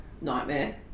nightmare